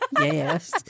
yes